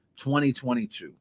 2022